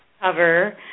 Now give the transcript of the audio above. cover